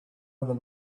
other